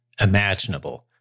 imaginable